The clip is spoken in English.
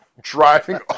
driving